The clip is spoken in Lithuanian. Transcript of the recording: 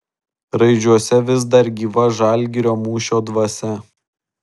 raižiuose vis dar gyva žalgirio mūšio dvasia